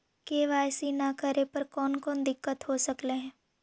KYC न करे पर कौन कौन दिक्कत हो सकले हे?